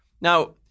Now